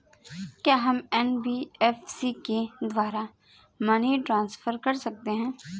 क्या हम एन.बी.एफ.सी के द्वारा मनी ट्रांसफर कर सकते हैं?